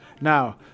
now